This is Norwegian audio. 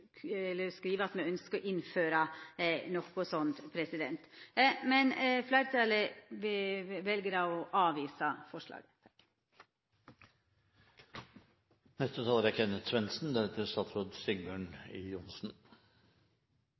at me ønskjer å innføra noko sånt. Fleirtalet vel å avvisa forslaget.